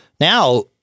now-